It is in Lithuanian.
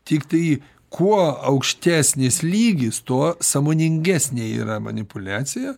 tiktai kuo aukštesnis lygis tuo sąmoningesnė yra manipuliacija